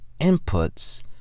inputs